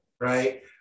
right